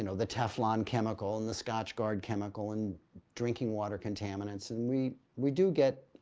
you know the teflon chemical and the scotchgard chemical and drinking water contaminants and we we do get.